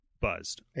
buzzed